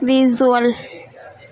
visual